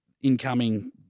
incoming